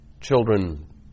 children